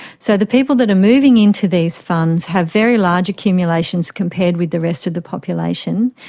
so the people that are moving into these funds have very large accumulations compared with the rest of the population.